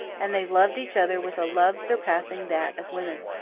and they loved each other with a love surpassing that of women.